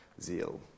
Zeal